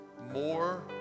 more